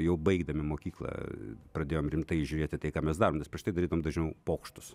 jau baigdami mokyklą pradėjom rimtai žiūrėti tai ką mes darom nes prieš tai darydavom dažniau pokštus